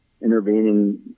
intervening